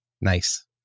Nice